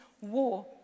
war